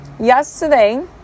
yesterday